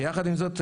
יחד עם זאת,